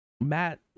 matt